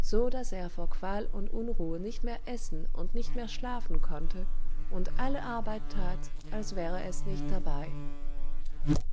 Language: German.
so daß es vor qual und unruhe nicht mehr essen und nicht mehr schlafen konnte und alle arbeit tat als wäre es nicht dabei